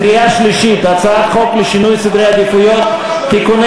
קריאה שלישית: הצעת חוק לשינוי סדרי עדיפויות לאומיים